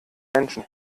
menschen